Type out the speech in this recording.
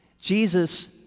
Jesus